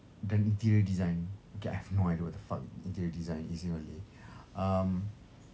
dan interior design okay I have no idea what the fuck interior design is in malay um